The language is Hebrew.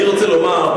אני רוצה לומר,